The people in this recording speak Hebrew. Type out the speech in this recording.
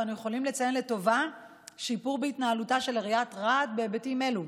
ואנו יכולים לציין לטובה שיפור בהתנהלותה של עיריית רהט בהיבטים אלו.